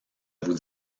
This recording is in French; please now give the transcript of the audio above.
vous